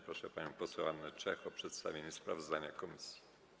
Proszę panią poseł Annę Czech o przedstawienie sprawozdania komisji.